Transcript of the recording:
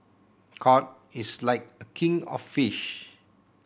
cod is like a king of fish